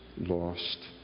lost